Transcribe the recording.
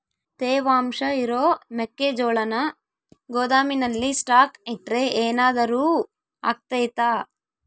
ತೇವಾಂಶ ಇರೋ ಮೆಕ್ಕೆಜೋಳನ ಗೋದಾಮಿನಲ್ಲಿ ಸ್ಟಾಕ್ ಇಟ್ರೆ ಏನಾದರೂ ಅಗ್ತೈತ?